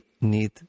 need